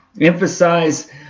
emphasize